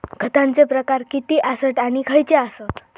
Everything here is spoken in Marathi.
खतांचे प्रकार किती आसत आणि खैचे आसत?